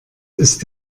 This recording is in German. ist